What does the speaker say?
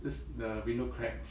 this the window crack